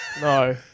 No